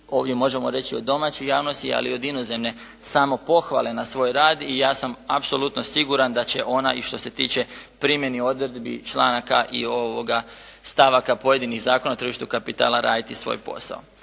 ovdje možemo reći od domaće javnosti ali i od inozemne samo pohvale na svoj rad i ja sam apsolutno siguran da će ona i što se tiče primjeni odredbi članaka i stavaka pojedinih Zakona o tržištu kapitala raditi svoj posao.